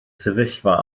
sefyllfa